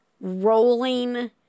rolling